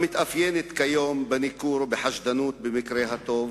המתאפיינת כיום בניכור ובחשדנות, במקרה הטוב,